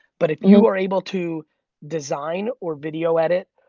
but if you are able to design or video edit,